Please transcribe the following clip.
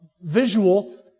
visual